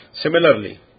Similarly